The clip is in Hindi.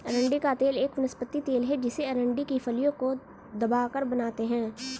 अरंडी का तेल एक वनस्पति तेल है जिसे अरंडी की फलियों को दबाकर बनाते है